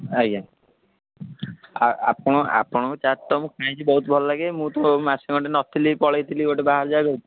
ଆଜ୍ଞା ଆପଣ ଆପଣଙ୍କ ଚାଟ୍ ତ ମୁଁ ଖାଇଛି ବହୁତ ଭଲ ଲାଗେ ମୁଁ ତ ମାସେ ଖଣ୍ଡେ ନଥିଲି ପଳେଇଥିଲି ଗୋଟେ ବାହାର ଯାଗାକୁ